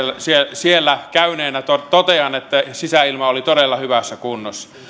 siellä käyneenä totean että sisäilma oli todella hyvässä kunnossa